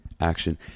action